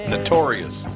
Notorious